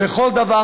בכל דבר,